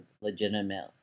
legitimate